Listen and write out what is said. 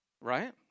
right